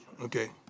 Okay